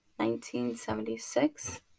1976